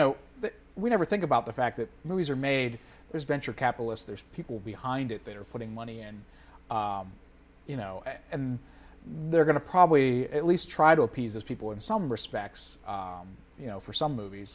know we never think about the fact that movies are made there's venture capitalist there's people behind it that are putting money in you know and they're going to probably at least try to appease those people in some respects you know for some movies